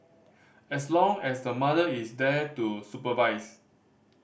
as long as the mother is there to supervise